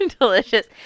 delicious